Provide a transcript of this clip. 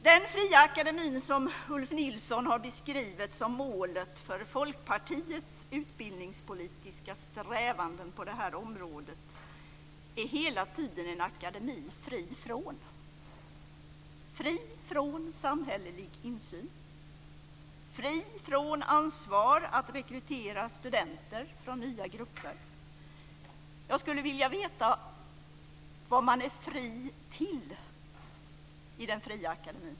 Den fria akademi som Ulf Nilsson har beskrivit som målet för Folkpartiets utbildningspolitiska strävanden på området är hela tiden en akademi som är fri från - fri från samhällelig insyn och fri från ansvar att rekrytera studenter från nya grupper. Jag skulle vilja veta vad man är fri till i den fria akademin.